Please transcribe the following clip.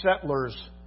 settlers